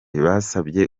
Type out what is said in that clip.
basabye